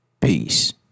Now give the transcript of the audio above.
Peace